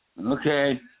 Okay